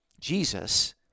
jesus